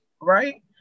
right